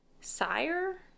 Sire